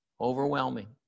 overwhelming